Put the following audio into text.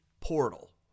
Portal